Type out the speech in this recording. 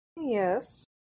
Yes